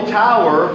tower